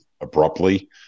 abruptly